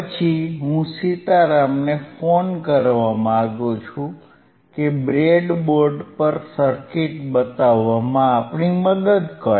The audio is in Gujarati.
તેથી હું સીતારામને ફોન કરવા માંગુ છું કે બ્રેડબોર્ડ પર સર્કિટ બતાવવામાં આપણી મદદ કરે